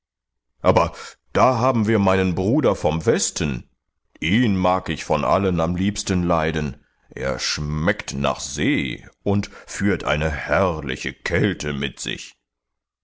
aber da haben wir meinen bruder vom westen ihn mag ich von allen am besten leiden er schmeckt nach der see und führt eine herrliche kälte mit sich